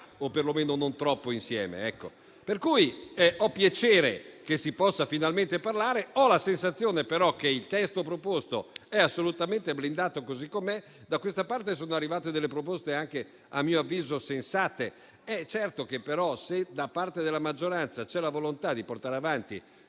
o, perlomeno, non troppo insieme. Io ho piacere che si possa finalmente parlare, ma ho la sensazione che il testo proposto sia assolutamente blindato così com'è. Da questa parte sono arrivate delle proposte, a mio avviso anche sensate. Però, se da parte della maggioranza c'è la volontà di portare avanti